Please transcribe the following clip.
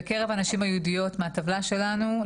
בקרב הנשים היהודיות מהטבלה שלנו,